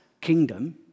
kingdom